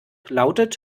lautet